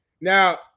Now